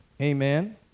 Amen